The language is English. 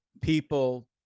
people